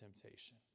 temptation